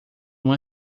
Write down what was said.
uma